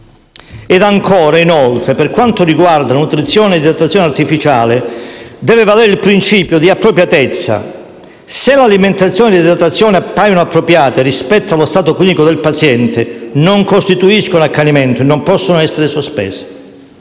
interrotte. Inoltre, per quanto riguarda nutrizione e idratazione artificiale, deve valere il principio di appropriatezza: se l'alimentazione e l'idratazione appaiono appropriate rispetto allo stato clinico del paziente, non costituiscono accanimento e non possono essere sospese.